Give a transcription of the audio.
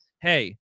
hey